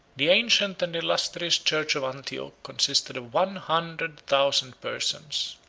the ancient and illustrious church of antioch consisted of one hundred thousand persons,